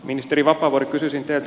ministeri vapaavuori kysyisin teiltä